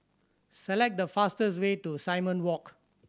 select the fastest way to Simon Walk